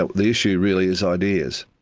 ah the issue really is ideas.